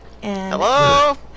Hello